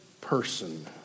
person